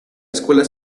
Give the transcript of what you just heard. escuela